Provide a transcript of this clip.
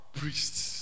priests